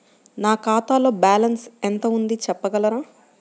నా ఖాతాలో బ్యాలన్స్ ఎంత ఉంది చెప్పగలరా?